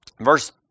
verse